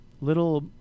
little